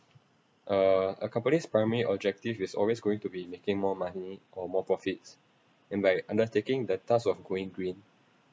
uh a company's primary objective is always going to be making more money or more profits and by undertaking the task of going green